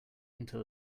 until